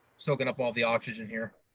soaking up all the oxygen here.